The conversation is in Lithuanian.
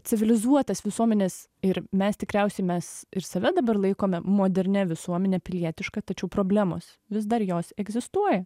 civilizuotas visuomenes ir mes tikriausiai mes ir save dabar laikome modernia visuomene pilietiška tačiau problemos vis dar jos egzistuoja